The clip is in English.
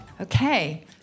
Okay